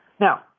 Now